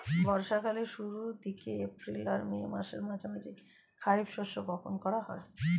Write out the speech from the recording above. বর্ষা কালের শুরুর দিকে, এপ্রিল আর মের মাঝামাঝি খারিফ শস্য বপন করা হয়